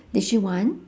did she want